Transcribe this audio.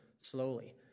slowly